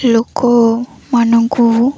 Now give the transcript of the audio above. ଲୋକମାନଙ୍କୁ